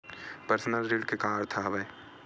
Personal ऋण के का अर्थ हवय?